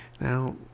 now